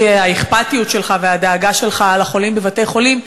האכפתיות והדאגה שלך לחולים בבתי-חולים.